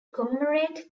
commemorate